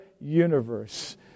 universe